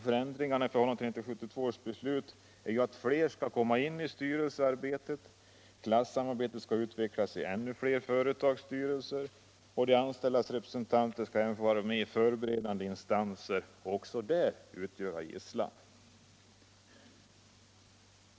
Förändringarna i förhållande till 1972 års beslut är att flera nu skall komma in i styrelsearbetet, att klasssamarbetet skall utsträckas till ännu fler företagsstyrelser, att de anställdas representanter skall få vara med även i förberedande instanser och också där utgöra gisslan.